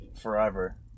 forever